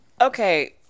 Okay